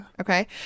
Okay